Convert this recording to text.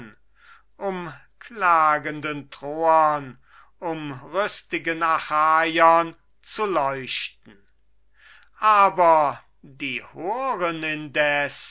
um klagenden troern um rüst'gen achaiern zu leuchten aber die horen indes